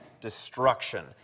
destruction